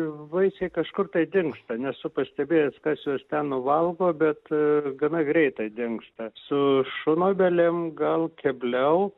vaisiai kažkur tai dingsta nesu pastebėjęs kas juos ten nuvalgo bet gana greitai dingsta su šunobelėm gal kebliau